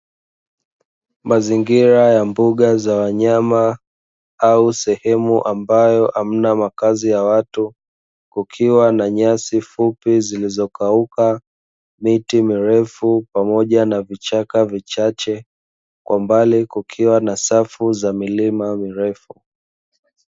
Mazingira ya mbuga za wanyama au sehemu ambayo hamna makazi ya watu kukiwa na nyasi fupi zilizokauka miti mirefu pamoja na vichaka vichache kwa mbali kukiwa na safu za milima mirefu.